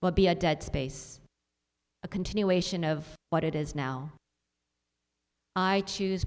will be a dead space a continuation of what it is now i choose